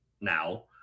now